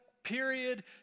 period